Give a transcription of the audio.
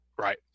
Right